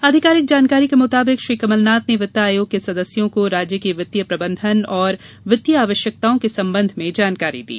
आधिकारिक जानकारी के मुताबिक श्री कमलनाथ ने वित्त आयोग के सदस्यों को राज्य की वित्तीय प्रबंधन और वित्तीय आवश्यकताओं के संबंध में जानकारी दी